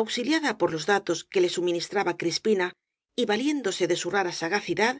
auxiliada por los datos que le suministraba crispina y valiéndose de su rara sagacidad